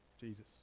Jesus